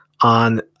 on